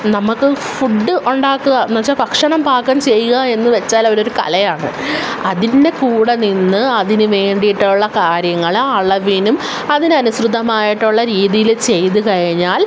നമുക്ക് ഫുഡ് ഉണ്ടാക്കുക എന്ന് വെച്ചാൽ ഭക്ഷണം പാകം ചെയ്യുക എന്ന് വെച്ചാലവിടൊരു കലയാണ് അതിൻ്റെ കൂടെ നിന്ന് അതിനു വേണ്ടിയിട്ടുള്ള കാര്യങ്ങൾ അളവിനും അതിനനുസൃതമായിട്ടുള്ള രീതിയിൽ ചെയ്തു കഴിഞ്ഞാൽ